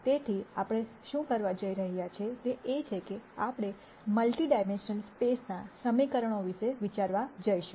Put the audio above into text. તેથી આપણે શું કરવા જઈ રહ્યા છીએ તે છે કે આપણે મલ્ટી ડાયમેન્શનલ સ્પેસના સમીકરણો વિશે વિચારવા જઈશું